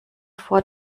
vor